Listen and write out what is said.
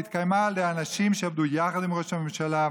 היא התקיימה על ידי אנשים שעבדו יחד עם ראש הממשלה.